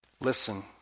Listen